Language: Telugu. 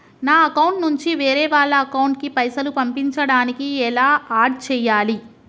నా అకౌంట్ నుంచి వేరే వాళ్ల అకౌంట్ కి పైసలు పంపించడానికి ఎలా ఆడ్ చేయాలి?